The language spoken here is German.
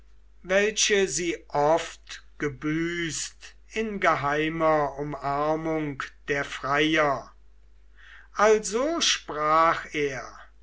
welche sie oft gebüßt in geheimer umarmung der freier also sprach er